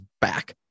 back